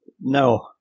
No